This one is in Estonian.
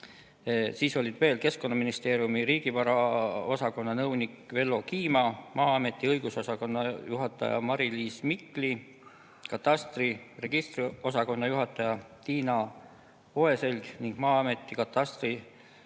Siis olid kohal veel Keskkonnaministeeriumi riigivaraosakonna nõunik Vello Kima, Maa-ameti õigusosakonna juhataja Mari-Liis Mikli, katastri registriosakonna juhataja Tiina Oeselg ning katastri